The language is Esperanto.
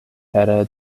pere